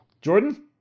Jordan